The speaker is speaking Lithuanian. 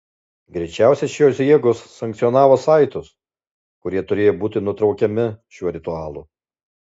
greičiausiai šios jėgos sankcionavo saitus kurie turėjo būti nutraukiami šiuo ritualu